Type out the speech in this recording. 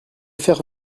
faire